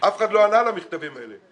ואף אחד לא ענה על המכתבים האלה.